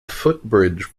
footbridge